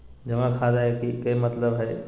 जमा खाता के का मतलब हई?